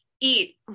eat